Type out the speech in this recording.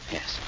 Yes